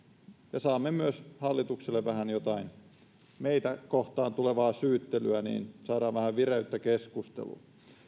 ja kun myös saamme hallitukselta vähän jotain meitä kohtaan tulevaa syyttelyä niin saadaan vähän vireyttä keskusteluun